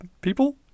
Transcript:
people